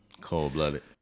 Cold-blooded